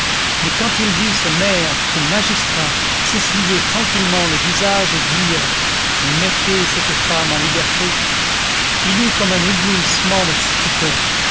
mais quand il vit ce maire ce magistrat s'essuyer tranquillement le visage et dire mettez cette femme en liberté il eut comme un éblouissement de stupeur